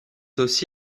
aussi